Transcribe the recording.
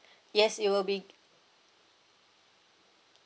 yes it will be